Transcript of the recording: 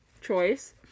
choice